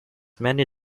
many